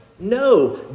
No